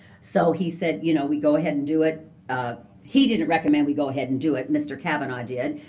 so he said, you know, we go ahead and do it he didn't recommend we go ahead and do it, mr. cavanaugh did.